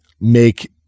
make